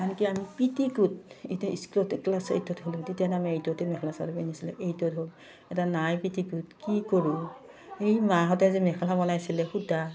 আনকি আমি পেটিকোট এতিয়া স্কুলতে ক্লাছ এইটত হ'লোঁ তেতিয়া আমি এইটতে মেখেলা চাদৰ পন্ধছিলোঁ এইটত হ'ল এতিয়া নাই পেটিকোট কি কৰোঁ এই মাহঁতে যে মেখেলা বনাইছিলে সূতা